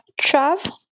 Trav